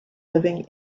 living